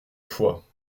fois